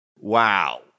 Wow